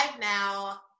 now